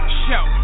show